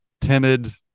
timid